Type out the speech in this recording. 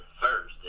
first